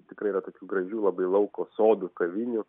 tikrai yra tokių gražių labai lauko sodų kavinių